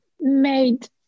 made